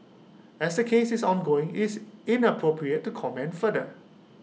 as the case is ongoing IT is inappropriate to comment further